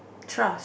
trust